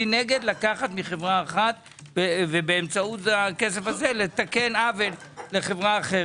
אני נגד לקחת מחברה אחת ובאמצעות הכסף הזה - לתקן עוול לחברה אחרת.